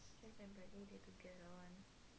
oh ya ya ya